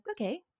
okay